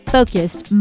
Focused